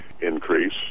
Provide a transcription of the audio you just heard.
increase